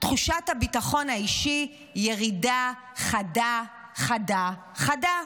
תחושת הביטחון האישי, ירידה חדה חדה חדה.